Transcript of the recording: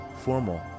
formal